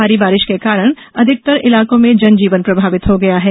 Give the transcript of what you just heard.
भारी बारिश के कारण अधिकतर इलाकों में जनजीवन प्रभावित हो गया है